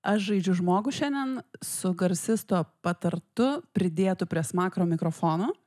aš žaidžiu žmogų šiandien su garsisto patartu pridėtu prie smakro mikrofonu